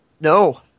No